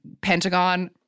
Pentagon